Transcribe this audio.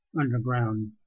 underground